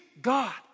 God